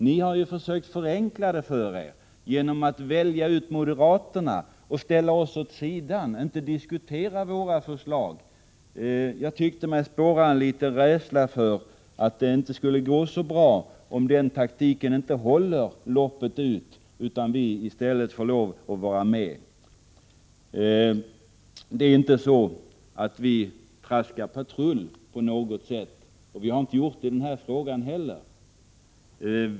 Ni har försökt förenkla det för er genom att välja ut moderaterna och ställa oss åt sidan, inte diskutera våra förslag. Jag tyckte mig spåra en viss rädsla för att det inte skulle gå så bra om denna taktik inte håller loppet ut, utan vi får lov att vara med. Vi traskar inte på något sätt patrull, och vi har inte gjort det i denna fråga heller.